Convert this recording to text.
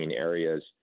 areas